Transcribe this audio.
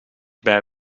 bij